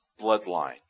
bloodline